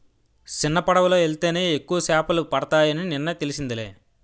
సిన్నపడవలో యెల్తేనే ఎక్కువ సేపలు పడతాయని నిన్నే తెలిసిందిలే